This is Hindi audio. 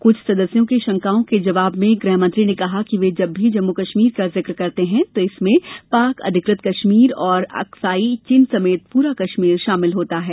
कुछ सदस्यों के शंकाओं के जवाब में गृहमंत्री ने कहा कि वे जब भी जम्मू कश्मीर का जिक्र करते हैं तो इसमें पाक अधिकृत कश्मीर और अक्साइ चिन समेत पूरा कश्मीर शामिल होता है